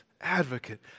advocate